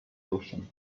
ocean